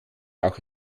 auch